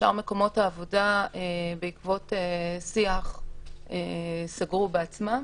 שאר מקומות העבודה בעקבות שיח סגרו בעצמם.